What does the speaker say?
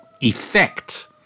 effect